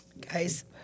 guys